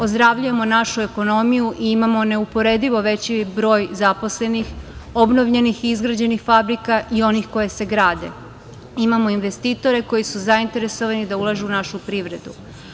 Ozdravljujemo našu ekonomiju i imamo neuporedivo veći broj zaposlenih, obnovljenih i izgrađenih fabrika i onih koje se grade, imamo investitore koji su zainteresovani da ulažu u našu privredu.